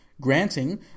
granting